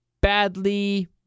badly